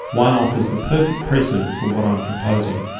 one offers the perfect precedent for what i'm proposing.